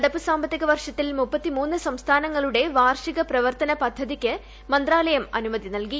നടപ്പ് സാമ്പത്തിക വർഷത്തിൽ ദ്ദ സംസ്ഥാനങ്ങളുടെ വാർഷിക പ്രവർത്തന പദ്ധതിക്ക് മന്ത്രാലയം അനുമതി നൽകി